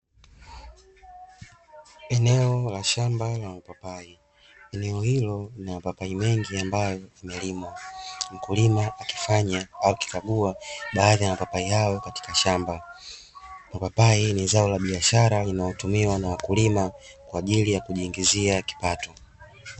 Eneo la shamba la mapapai, eneo hilo lina mapapai mengi ambayo yaliyolimwa, mkulima akifanya au akikagua baadhi ya mapapai hayo katika shamba mapapai ni zao la biashara linalotumiwa na wakulima kwa ajili ya kujiingizia kipato.